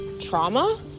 trauma